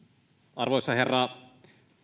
arvoisa herra